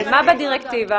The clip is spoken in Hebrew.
מה בדירקטיבה?